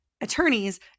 attorneys